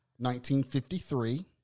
1953